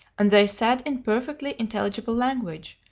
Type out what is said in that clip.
and they said in perfectly intelligible language,